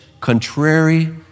contrary